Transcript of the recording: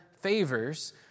favors